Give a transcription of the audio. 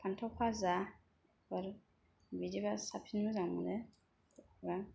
फान्थाव भाजाफोर बिदिब्ला साबसिन मोजां मोनो बा